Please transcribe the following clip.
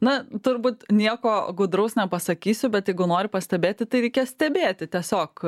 na turbūt nieko gudraus nepasakysiu bet jeigu nori pastebėti tai reikia stebėti tiesiog